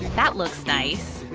that looks nice.